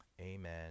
amen